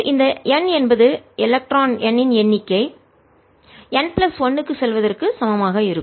இது இந்த n என்பது எலக்ட்ரான் n இன் எண்ணிக்கை n பிளஸ் 1 க்கு செல்வதற்கு க்கு சமமாக ஆகும்